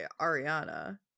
Ariana